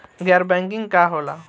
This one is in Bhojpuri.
गैर बैंकिंग का होला?